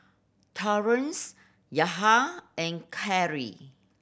Torrence Yahir and Carly